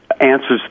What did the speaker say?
answers